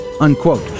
unquote